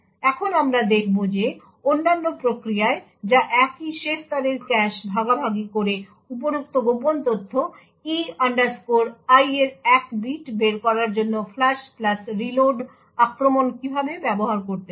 এখন আমরা দেখব যে অন্যান্য প্রক্রিয়ায় যা একই শেষ স্তরের ক্যাশ ভাগাভাগি করে উপরোক্ত গোপন তথ্য E i এর এক বিট বের করার জন্য ফ্লাশ প্লাস রিলোড আক্রমণ কিভাবে ব্যবহার করতে পারে